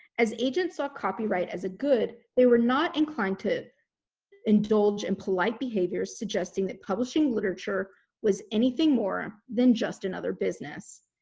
as agents saw copyright as a good, they were not inclined to indulge in and polite behaviors suggesting that publishing literature was anything more than just another business.